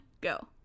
go